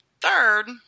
Third